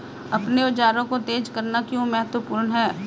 अपने औजारों को तेज करना क्यों महत्वपूर्ण है?